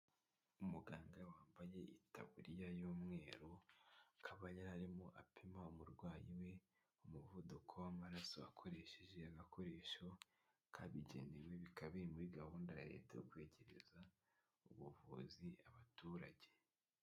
Umuganga wambaye itaburiya y'umweru, akaba yari arimo apima umurwayi we umuvuduko w'amaraso akoresheje agakoresho kabigenewe, bikaba biri muri gahunda ya Leta yo kwegereza ubuvuzi abaturage.